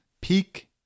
peak